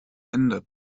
ende